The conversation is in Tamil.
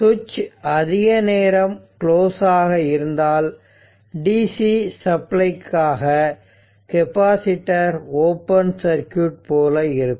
சுவிட்ச் அதிக நேரம் குளோஸ் ஆக இருந்தால் DC சப்ளைக்காக கெப்பாசிட்டர் ஓபன் சர்க்யூட் போல இருக்கும்